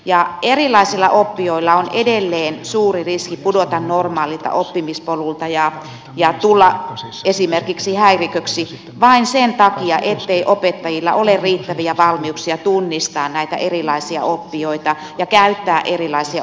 erilaisilla oppijoilla on edelleen suuri riski pudota normaalilta oppimispolulta ja tulla esimerkiksi häiriköksi vain sen takia ettei opettajilla ole riittäviä valmiuksia tunnistaa näitä erilaisia oppijoita ja käyttää erilaisia opetusmenetelmiä